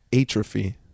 atrophy